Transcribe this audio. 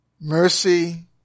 mercy